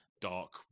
dark